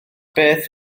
beth